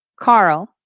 Carl